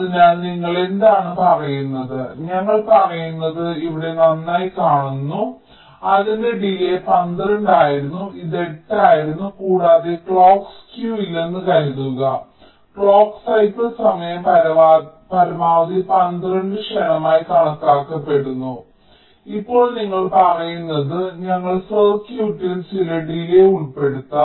അതിനാൽ നിങ്ങൾ എന്താണ് പറയുന്നത് ഞങ്ങൾ പറയുന്നത് ഇവിടെ നന്നായി കാണുന്നു അതിന്റെ ഡിലേയ് 12 ആയിരുന്നു ഇത് 8 ആയിരുന്നു കൂടാതെ ക്ലോക്ക് സ്ക്യൂ ഇല്ലെന്ന് കരുതുക ക്ലോക്ക് സൈക്കിൾ സമയം പരമാവധി 12 കഷണമായി കണക്കാക്കപ്പെടുന്നു ഇപ്പോൾ നിങ്ങൾ പറയുന്നത് ഞങ്ങൾ സർക്യൂട്ടിൽ ചില ഡിലേയ് ഉൾപ്പെടുത്താം